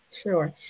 sure